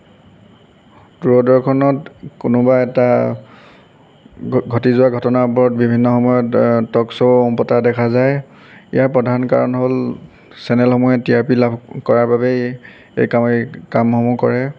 দূৰদৰ্শনত কোনোবা এটা ঘটি যোৱা ঘটনা ওপৰত বিভিন্ন সময়ত টক শ্ব' পতা দেখা যায় ইয়াৰ প্ৰধান কাৰণ হ'ল চেনেলসমূহে টি আৰ পি লাভ কৰাৰ বাবে এই কা কামসমূহ কৰে